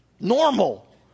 normal